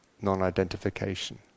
non-identification